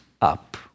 up